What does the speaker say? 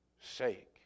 sake